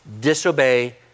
disobey